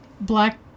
black